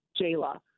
Jayla